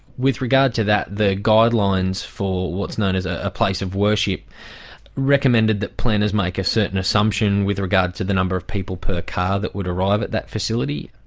with regard to that, the guidelines for what's known as a a place of worship recommended that planners make a certain assumption with regard to the number of people per car that would arrive at that facility.